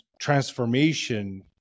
transformation